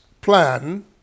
plan